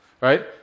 right